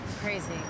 Crazy